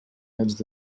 haig